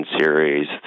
series